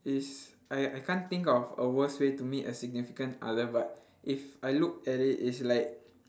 is I I can't think of a worst way to meet a significant other but if I looked at it it's like